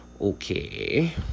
Okay